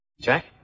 Jack